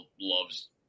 loves